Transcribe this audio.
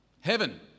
Heaven